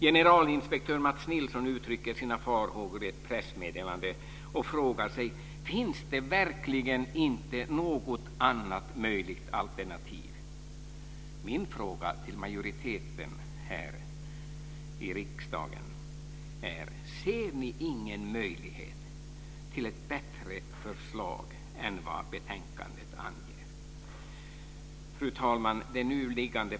Generalinspektör Mats Nilsson uttrycker sina farhågor i ett pressmeddelande och frågar sig om det verkligen inte finns något annat möjligt alternativ. Min fråga till majoriteten här i riksdagen är denna: Ser ni ingen möjlighet till ett bättre förslag än vad betänkandet anger? Fru talman!